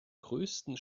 größten